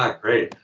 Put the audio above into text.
um great.